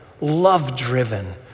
love-driven